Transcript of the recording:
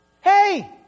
Hey